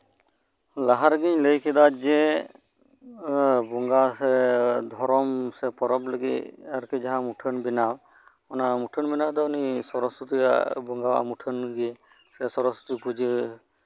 ᱞᱟᱦᱟ ᱨᱮᱜᱤᱧ ᱞᱟᱹᱭ ᱠᱮᱫᱟ ᱡᱮ ᱵᱚᱸᱜᱟ ᱥᱮ ᱫᱷᱚᱨᱚᱢ ᱥᱮ ᱯᱚᱨᱚᱵᱽ ᱞᱟᱹᱜᱤᱫ ᱡᱟᱦᱟᱸ ᱢᱩᱴᱷᱟᱹᱱ ᱵᱮᱱᱟᱣ ᱚᱱᱟ ᱢᱩᱴᱷᱟᱹᱱ ᱵᱮᱱᱟᱣ ᱫᱚ ᱩᱱᱤ ᱥᱚᱨᱚᱥᱚᱛᱤᱭᱟᱜ ᱵᱚᱸᱜᱟᱣᱟᱜ ᱢᱩᱴᱷᱟᱹᱱ ᱜᱮ ᱡᱩᱫᱤ ᱥᱮ ᱥᱚᱨᱚᱥᱚᱛᱤ ᱯᱩᱡᱟᱹ